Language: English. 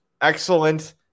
excellent